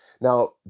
Now